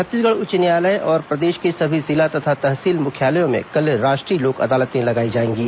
छत्तीसगढ़ उच्च न्यायालय और प्रदेश के सभी जिला तथा तहसील मुख्यालयों में कल राष्ट्रीय लोक अदालतें लगाई जाएंगी